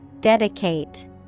Dedicate